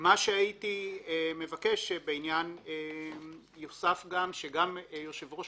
מה שהייתי מבקש שיוסף גם שגם יושב ראש